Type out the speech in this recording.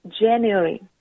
January